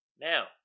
Now